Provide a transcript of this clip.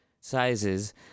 sizes